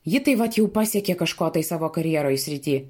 ji tai vat jau pasiekė kažko tai savo karjeroj srity